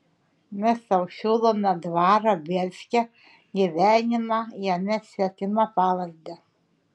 mes tau siūlome dvarą bielske gyvenimą jame svetima pavarde